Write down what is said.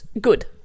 good